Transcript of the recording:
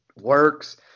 works